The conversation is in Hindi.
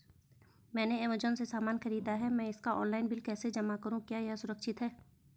मैंने ऐमज़ान से सामान खरीदा है मैं इसका ऑनलाइन बिल कैसे जमा करूँ क्या यह सुरक्षित है?